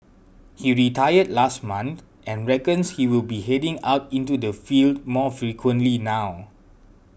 he retired last month and reckons he will be heading out into the field more frequently now